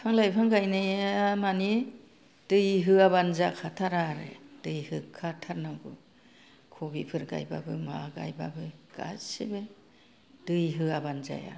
बिफां लाइफां गायनाया मानि दै होआबानो जाखाथारा आरो दै होखाथारनांगौ कबिफोर गायबाबो मा गायबाबो गासिबो दै होआबोनो जाया